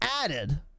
added